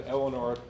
Eleanor